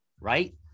right